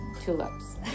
tulips